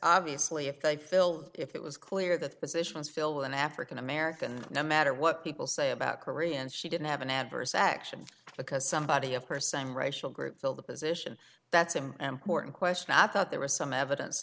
obviously if they fill if it was clear that positions filled with an african american no matter what people say about koreans she didn't have an adverse action because somebody of her same racial group fill the position that's him and morton question i thought there was some evidence